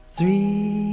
Three